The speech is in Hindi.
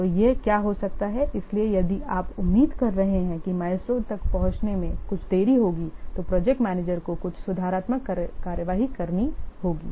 तो यह क्या हो सकता है इसलिए यदि आप उम्मीद कर रहे हैं कि माइलस्टोन तक पहुँचने में कुछ देरी होगी तो प्रोजेक्ट मैनेजर को कुछ सुधारात्मक कार्रवाई करनी होगी